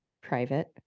private